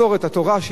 התורה שהיא במהותה,